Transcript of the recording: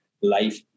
life